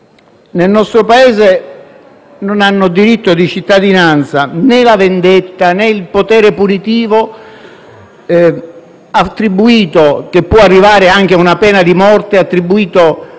nel nostro Paese non hanno diritto di cittadinanza né la vendetta né il potere punitivo - che può arrivare anche a una pena di morte - attribuiti al